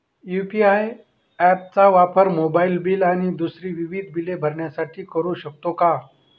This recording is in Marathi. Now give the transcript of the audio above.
यू.पी.आय ॲप चा वापर मोबाईलबिल आणि दुसरी विविध बिले भरण्यासाठी करू शकतो का?